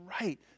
right